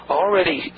already